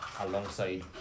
alongside